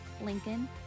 Lincoln